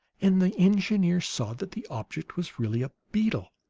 and the engineer saw that the object was really a beetle